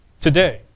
today